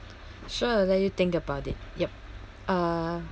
sure let you think about it yup uh